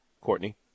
Courtney